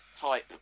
type